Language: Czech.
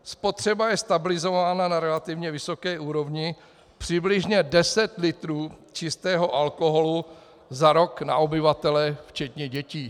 Spotřeba je stabilizována na relativně vysoké úrovni přibližně 10 litrů čistého alkoholu za rok na obyvatele včetně dětí.